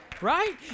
Right